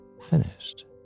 finished